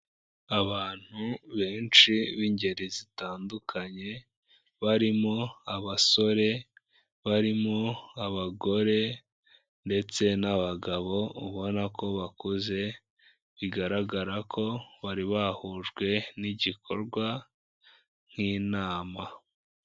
Abantu benshi b'ingeri zitandukanye, barimo abasore, barimo abagore ndetse n'abagabo ubona ko bakuze, bigaragara ko bari wahujwe n'igikorwa nk'inama.